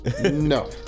No